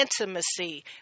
intimacy